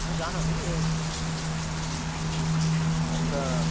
न जानामि अत्र